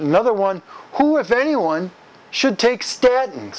another one who if anyone should take sta